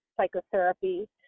psychotherapy